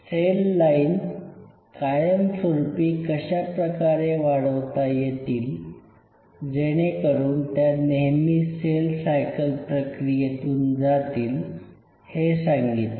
sale line कायमस्वरूपी कशाप्रकारे वाढवता येतील जेणेकरून त्या नेहमी सेल सायकल प्रक्रियेतून जातील हे सांगितले